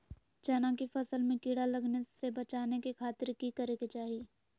चना की फसल में कीड़ा लगने से बचाने के खातिर की करे के चाही?